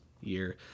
year